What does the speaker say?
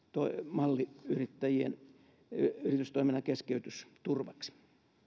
malli yrittäjien yritystoiminnan keskeytysturvaksi